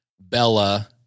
Bella